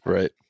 Right